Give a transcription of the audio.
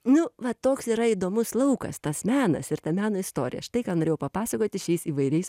nu va toks yra įdomus laukas tas menas ir ta meno istorija štai ką norėjau papasakoti šiais įvairiais